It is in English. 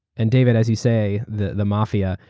and david, as you say, the the mafia,